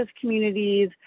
communities